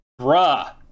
Bruh